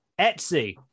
Etsy